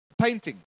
Painting